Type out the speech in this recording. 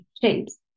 shapes